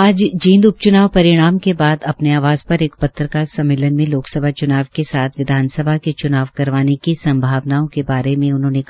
आज जींद उप च्नाव परिणाम के बाद अपने आवासपर एक पत्रकार सम्मेलन में लोकसभा च्नाव के साथ विधानसभा के च्नाव करवाने की संभावनाओं के बारे कि